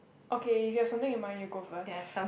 okay if you have something in mind you go first